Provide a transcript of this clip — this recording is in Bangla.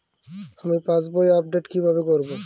আমি পাসবই আপডেট কিভাবে করাব?